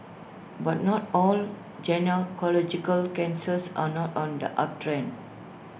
but not all gynaecological cancers are not on the uptrend